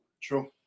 true